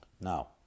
Now